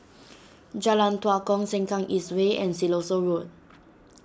Jalan Tua Kong Sengkang East Way and Siloso Road